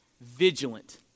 Vigilant